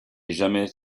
jamais